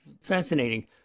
Fascinating